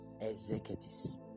executives